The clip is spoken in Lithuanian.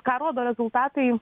ką rodo rezultatai